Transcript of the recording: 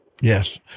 Yes